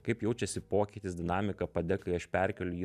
kaip jaučiasi pokytis dinamika pade kai aš perkeliu jį